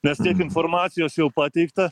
nes tiek informacijos jau pateikta